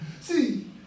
See